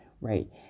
Right